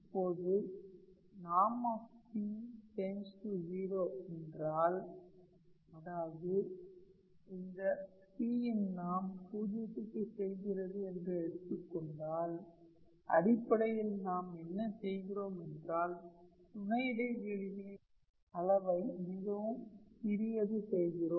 இப்போது ||𝑃||→0 என்றால் அதாவது P இன் நார்ம் 0 க்கு செல்கிறது என்று எடுத்துக் கொண்டால் அடிப்படையில் நாம் என்ன செய்கிறேன் என்றால் துணை இடைவெளிகளின் அளவை மிகவும் சிறியது செய்கிறோம்